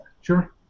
Sure